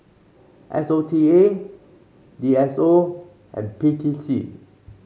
S O T A D S O and P T C